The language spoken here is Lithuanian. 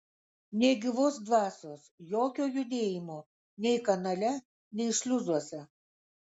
nė gyvos dvasios jokio judėjimo nei kanale nei šliuzuose